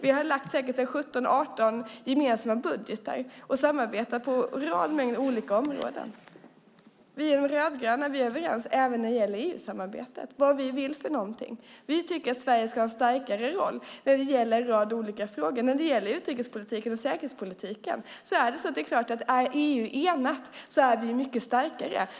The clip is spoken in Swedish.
Vi har lagt fram säkert 17-18 gemensamma budgetar och samarbetat på en rad olika områden. Vi rödgröna är överens även när det gäller EU-samarbetet och vad vi vill för någonting. Vi tycker att Sverige ska ha en starkare roll när det gäller en rad olika frågor. När det gäller utrikes och säkerhetspolitiken är det klart att om EU är enat så är vi mycket starkare.